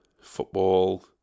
Football